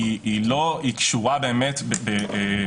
באמת לאוזן קשבת ונפש חפצה.